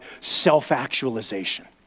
self-actualization